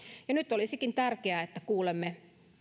nyt olisikin tärkeää että kuulemme